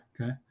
okay